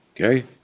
Okay